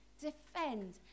defend